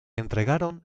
entregaron